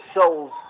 Souls